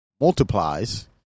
multiplies